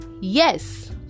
yes